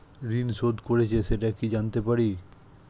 ঋণ শোধ করেছে সেটা কি জানতে পারি?